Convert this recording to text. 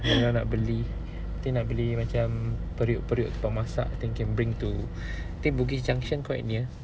dia orang nak beli I think nak beli macam periuk-periuk tempat masak I think can bring to think bugis junction quite near